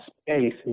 space